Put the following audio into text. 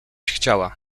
chciała